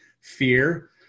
Fear